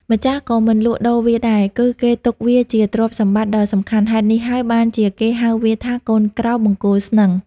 ម្ចាស់ក៏មិនលក់ដូរវាដែរ គឺគេទុកវាជាទ្រព្យសម្បត្តិដ៏សំខាន់ ហេតុនេះហើយបានជាគេហៅវាថា កូនក្រោលបង្គោលស្នឹង។